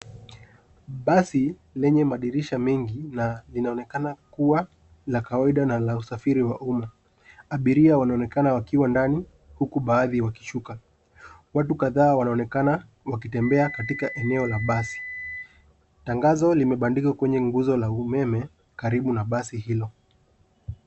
Basi lenye madirisha mengi na linaonekana kuwa la kawaida na la usafiri wa umma. Abiria wanaonekana wakiwa ndani huku baadhi wakishuka. Watu kadhaa wanaonekana wakitembea katika eneo la basi. Tangazo limebandika kwenye nguzo la umeme karibu na basi hilo.